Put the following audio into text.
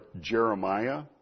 Jeremiah